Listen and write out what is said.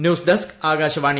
news desk Akashvani